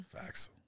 Facts